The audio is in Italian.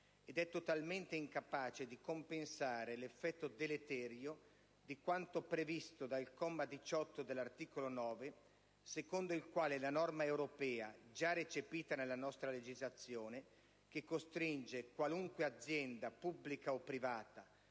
ed è totalmente incapace di compensare l'effetto deleterio di quanto previsto dal comma 18 dell'articolo 9, secondo il quale non si applicherebbe alla scuola la norma europea, già recepita nella nostra legislazione, che costringe qualunque azienda, pubblica o privata,